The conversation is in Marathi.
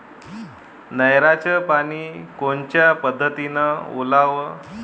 नयराचं पानी कोनच्या पद्धतीनं ओलाव?